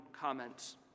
comments